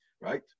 Right